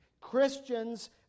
Christians